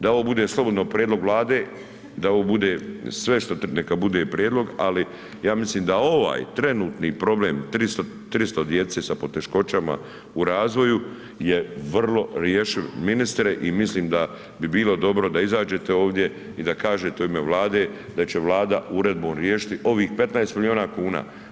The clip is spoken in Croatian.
Da ovo bude slobodno prijedlog Vlade, da ovo bude što neka bude prijedlog, ali ja mislim da ovaj trenutni problem, 300 djece sa poteškoćama u razvoju je vrlo rješiv ministre i mislim da bi bilo dobro da izađete ovdje i da kažete u ime Vlade da će Vlada uredbom riješiti ovih 15 miliona kuna.